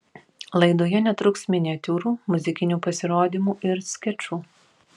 laidoje netruks miniatiūrų muzikinių pasirodymų ir skečų